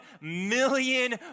million